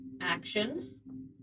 action